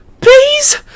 Please